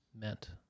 meant